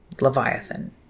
Leviathan